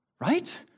right